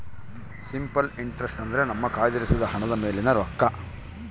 simple interest ಅಂದ್ರೆ ನಮ್ಮ ಕಯ್ದಿರಿಸಿದ ಹಣದ ಮೇಲಿನ ರೊಕ್ಕ